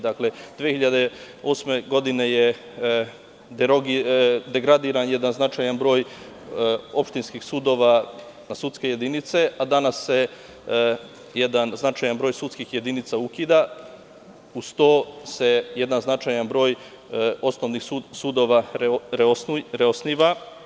Dakle, 2008. godine je degradiran jedan značajan broj opštinskih sudova na sudske jedinice, a danas se jedan značajan broj sudskih jedinica ukida, uz to se jedan značajan broj osnovnih sudova reosniva.